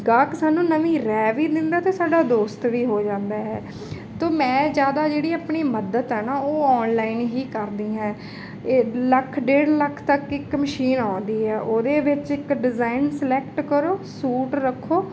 ਗਾਹਕ ਸਾਨੂੰ ਨਵੀਂ ਰੈਅ ਵੀ ਦਿੰਦਾ ਅਤੇ ਸਾਡਾ ਦੋਸਤ ਵੀ ਹੋ ਜਾਂਦਾ ਹੈ ਤੋ ਮੈਂ ਜ਼ਿਆਦਾ ਜਿਹੜੀ ਆਪਣੀ ਮਦਦ ਹੈ ਨਾ ਉਹ ਆਨਲਾਈਨ ਹੀ ਕਰਨੀ ਹੈ ਇਹ ਲੱਖ ਡੇਢ ਲੱਖ ਤੱਕ ਇੱਕ ਮਸ਼ੀਨ ਆਉਂਦੀ ਹੈ ਉਹਦੇ ਵਿੱਚ ਇੱਕ ਡਿਜ਼ਾਇਨ ਸਲੈਕਟ ਕਰੋ ਸੂਟ ਰੱਖੋ